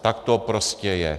Tak to prostě je.